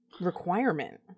Requirement